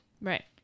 right